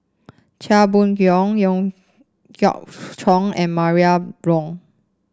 Chia Boon Leong Howe Yoon Chong and Maria Hertogh